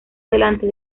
delante